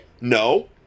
no